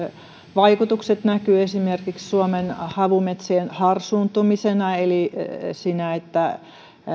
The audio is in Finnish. vaikutukset näkyivät esimerkiksi suomen havumetsien harsuuntumisena eli siinä että